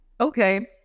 Okay